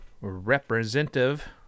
representative